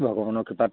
ভগৱানৰ কৃপাত